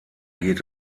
geht